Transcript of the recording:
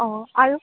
অঁ আৰু